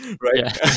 Right